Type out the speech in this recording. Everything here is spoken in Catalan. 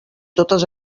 totes